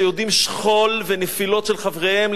שיודעים שכול ונפילות של חבריהם,